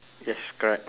yes correct